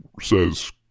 says